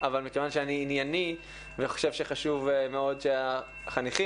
אבל מכיוון שאני ענייני וחושב שחשוב מאוד שהחניכים